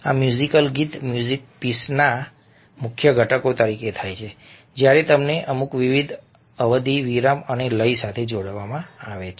આ મ્યુઝિકલ ગીત મ્યુઝિકલ પીસના મુખ્ય ઘટકો તરીકે થાય છે જ્યારે તેમને અમુક અવધિ વિરામ અને લય સાથે જોડવામાં આવે છે